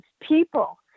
people